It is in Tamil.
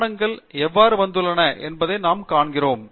ஆவணங்கள் எவ்வாறு வந்துள்ளன என்பதை நாம் காண்கிறோம்